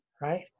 right